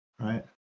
right